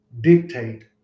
dictate